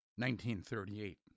1938